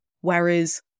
Whereas